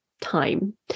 time